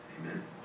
Amen